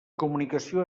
comunicació